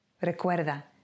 Recuerda